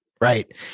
right